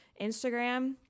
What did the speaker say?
Instagram